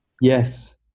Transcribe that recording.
Yes